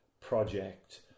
project